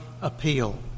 appeal